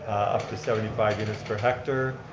up to seventy five units per hectare.